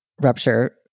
rupture